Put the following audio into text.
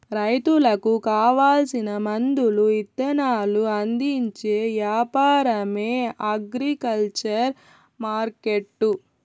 రైతులకు కావాల్సిన మందులు ఇత్తనాలు అందించే యాపారమే అగ్రికల్చర్ మార్కెట్టు